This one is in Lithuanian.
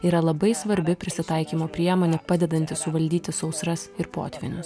yra labai svarbi prisitaikymo priemonė padedanti suvaldyti sausras ir potvynius